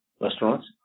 restaurants